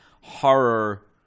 horror